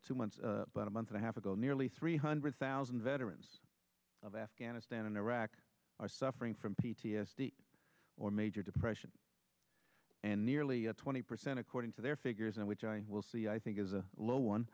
two months but a month and a half ago nearly three hundred thousand veterans of afghanistan and iraq are suffering from p t s d or major depression and nearly twenty percent according to their figures and which i will see i think is a low one